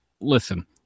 listen